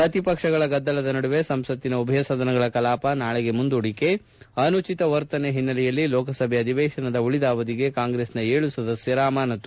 ಪ್ರತಿಪಕ್ಷಗಳ ಗದ್ದಲದ ನಡುವೆ ಸಂಸತ್ತಿನ ಉಭಯ ಸದನಗಳ ಕಲಾಪ ನಾಳೆಗೆ ಮುಂದೂಡಿಕೆ ಅನುಚಿತ ವರ್ತನೆ ಹಿನ್ನೆಲೆಯಲ್ಲಿ ಲೋಕಸಭೆ ಅಧಿವೇಶನದ ಉಳಿದ ಅವಧಿಗೆ ಕಾಂಗ್ರೆಸ್ನ ಏಳು ಸದಸ್ನರ ಅಮಾನತು